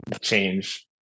change